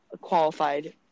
qualified